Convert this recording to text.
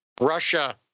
Russia